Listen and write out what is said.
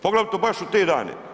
Poglavito baš u te dane.